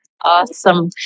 Awesome